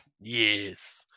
Yes